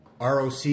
ROC